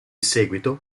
seguito